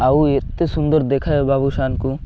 ଆଉ ଏତେ ସୁନ୍ଦର ଦେଖାଏ ବାବୁଶାନକୁ